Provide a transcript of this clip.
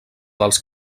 dels